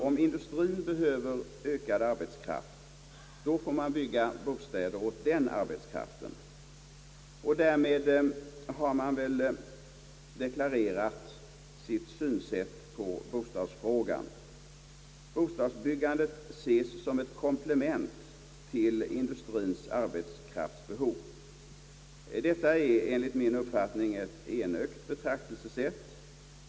Om industrien behöver ökad arbetskraft får bostäder byggas åt den arbetskraften. Därmed har man väl deklarerat sitt synsätt på bostadsfrågan. Bostadsbyggandet ses som ett komplement till industriens arbetskraftsbehov. Detta är enligt min uppfattning ett enögt betraktelsesätt.